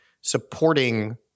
supporting